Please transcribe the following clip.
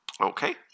Okay